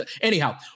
Anyhow